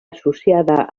associada